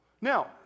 Now